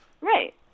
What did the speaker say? Right